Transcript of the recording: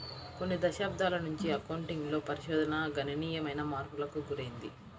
కొన్ని దశాబ్దాల నుంచి అకౌంటింగ్ లో పరిశోధన గణనీయమైన మార్పులకు గురైంది